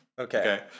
Okay